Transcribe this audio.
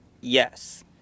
yes